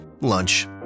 Lunch